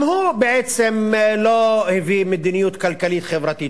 גם הוא בעצם לא הביא מדיניות כלכלית חברתית